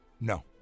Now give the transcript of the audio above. No